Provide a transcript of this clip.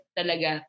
talaga